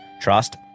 trust